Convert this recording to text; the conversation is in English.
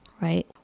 right